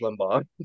Limbaugh